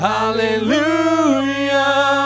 Hallelujah